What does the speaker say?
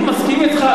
אני מסכים אתך,